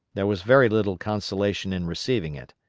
there was very little consolation in receiving it.